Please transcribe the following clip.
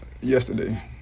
Yesterday